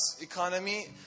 economy